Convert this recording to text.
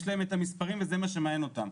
יש להם את המספרים וזה כל מה שמעניין אותם.